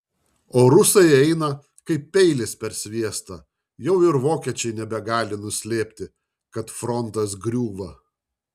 o rusai eina kaip peilis per sviestą jau ir vokiečiai nebegali nuslėpti kad frontas griūva